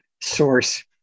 source